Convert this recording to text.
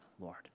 Lord